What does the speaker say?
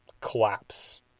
collapse